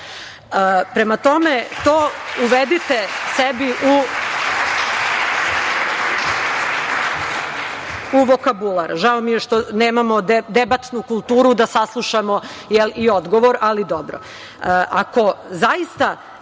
Prema tome, to uvedite sebi u vokabular, žao mi je što nemamo debatnu kulturu da saslušamo odgovor, ali dobro. Ako